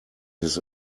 his